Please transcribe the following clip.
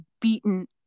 beaten